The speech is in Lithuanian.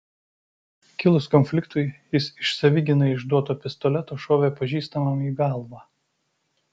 kilus konfliktui jis iš savigynai išduoto pistoleto šovė pažįstamam į galvą